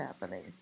happening